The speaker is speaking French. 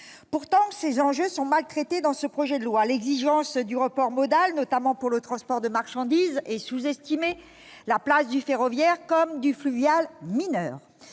Pourtant, ces enjeux sont mal traités dans le projet de loi. L'exigence du report modal, notamment pour le transport de marchandises, est sous-estimée ; la place du ferroviaire, comme du fluvial, mineure.